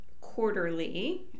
quarterly